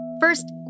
First